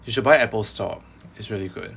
you should buy apples stock it's really good